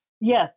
Yes